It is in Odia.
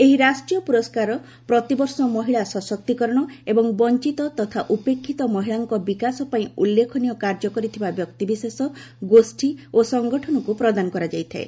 ଏହି ରାଷ୍ଟ୍ରୀୟ ପୁରସ୍କାର ପ୍ରତିବର୍ଷ ମହିଳା ସଶକ୍ତିକରଣ ଏବଂ ବଞ୍ଚିତ ତଥା ଉପେକ୍ଷିତ ମହିଳାଙ୍କ ବିକାଶ ପାଇଁ ଉଲ୍ଲେଖନୀୟ କାର୍ଯ୍ୟ କରିଥିବା ବ୍ୟକ୍ତିବିଶେଷ ଗୋଷ୍ଠୀ ଓ ସଂଗଠନକୁ ପ୍ରଦାନ କରାଯାଇଥାଏ